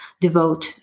devote